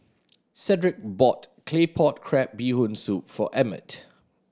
Cedrick bought Claypot Crab Bee Hoon Soup for Emmett